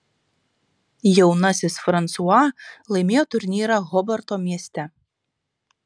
jaunasis fransua laimėjo turnyrą hobarto mieste